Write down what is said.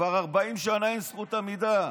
כבר 40 שנה אין זכות עמידה,